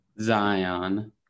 Zion